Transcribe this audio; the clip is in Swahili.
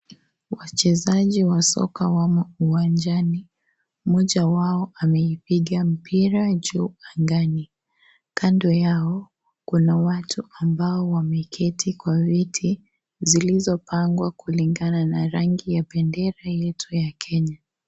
Wachezaji wa soka wamo uwanjani. Mmoja wao ameipiga mpira juu angani. Kando yao, kuna watu ambao wameketi kwa viti, zilizopangwa kulingana na rangi ya bendera yetu ya Kenya.